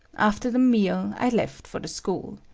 after the meal, i left for the school.